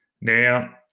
Now